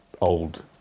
old